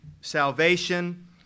salvation